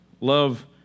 Love